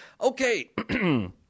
Okay